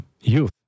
youth